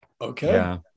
Okay